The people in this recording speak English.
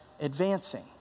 advancing